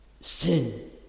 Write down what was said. sin